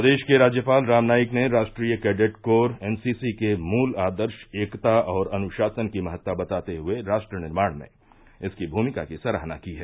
प्रदेश के राज्यपाल राम नाईक ने राष्ट्रीय कैडिट कोर एनसीसी के मूल आदर्श एकता और अनुशासन की महत्ता बताते हए राष्ट्र निर्माण में इसकी भूमिका की सराहना की है